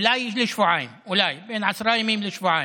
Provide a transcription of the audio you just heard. אולי לשבועיים, בין עשרה ימים לשבועיים,